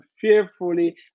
fearfully